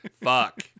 Fuck